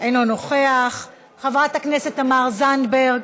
אינו נוכח, חברת הכנסת תמר זנדברג,